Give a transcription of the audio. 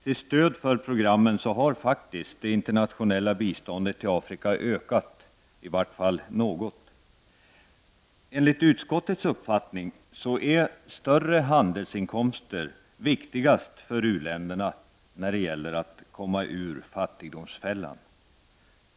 Till stöd för programmen har det internationella biståndet till Afrika ökat, i varje fall något. Enligt utskottets uppfattning är större handelsinkomster viktigast för uländerna när det gäller att komma ur fattigdomsfällan.